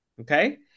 Okay